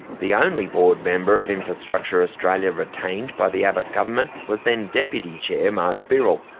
the only board member of infrastructure australia retained by the abbott government was then deputy chair mark birrell,